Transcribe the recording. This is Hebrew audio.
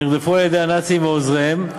שנרדפו על-ידי הנאצים או עוזריהם.